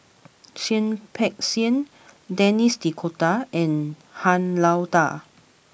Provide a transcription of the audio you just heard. Seah Peck Seah Denis D'Cotta and Han Lao Da